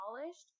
polished